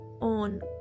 on